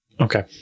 okay